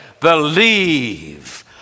Believe